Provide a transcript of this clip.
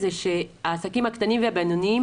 זה שהעסקים הקטנים והבינוניים,